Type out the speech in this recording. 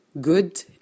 Good